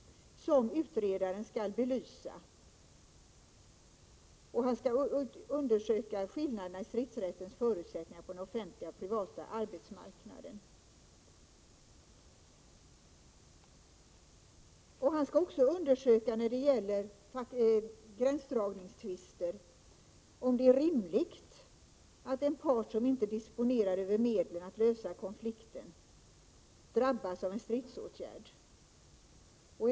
Utredaren skall belysa skillnaderna i stridsrättens förutsättningar på offentlig och privat arbetsmarknad. Han skall också undersöka om det när det gäller gränsdragningstvister är rimligt att den part som inte disponerar över medlen att lösa konflikter drabbas av stridsåtgärder.